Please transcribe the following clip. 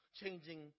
Changing